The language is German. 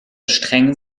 streng